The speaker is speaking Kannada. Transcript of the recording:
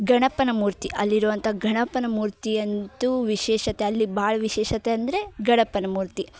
ಗಣಪನ ಮೂರ್ತಿ ಅಲ್ಲಿ ಇರುವಂಥ ಗಣಪನ ಮೂರ್ತಿ ಅಂತು ವಿಶೇಷತೆ ಅಲ್ಲಿ ಭಾಳ ವಿಶೇಷತೆ ಅಂದರೆ ಗಣಪನ ಮೂರ್ತಿ